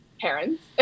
parents